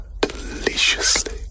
deliciously